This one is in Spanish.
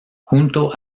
junto